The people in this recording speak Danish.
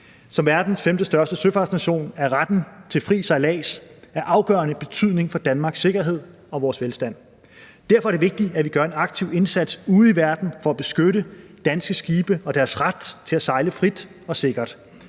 Som verdens femtestørste søfartsnation er retten til fri sejlads af afgørende betydning for Danmarks sikkerhed og vores velstand. Derfor er det vigtigt, at vi gør en aktiv indsats ude i verden for at beskytte danske skibe og deres ret til at sejle frit og sikkert.